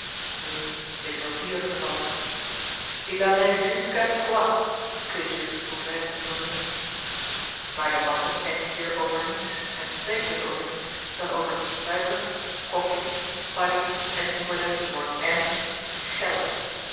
dit is ook hier het geval il en est jusqu'à trois que je pourrais nommer maar de massa denkt hier over niets en spreekt dus over niets dan over suiker koffie padie enz enz en geld